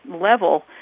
level